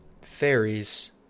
Fairies